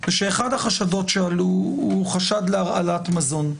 זה שאחד החשדות שעלו הוא חשד להרעלת מזון.